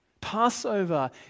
Passover